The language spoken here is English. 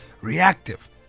reactive